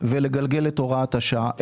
ולגלגל את הוראת השעה,